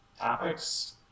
topics